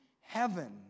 heaven